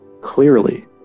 clearly